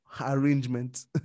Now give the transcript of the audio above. arrangement